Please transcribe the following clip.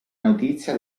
notizia